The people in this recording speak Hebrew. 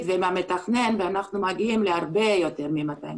ועם המתכנן ואנחנו מגיעים להרבה יותר מ-250 מיליון.